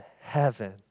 heaven